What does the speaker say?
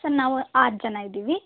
sir ನಾವು ಆರು ಜನ ಇದ್ದೀವಿ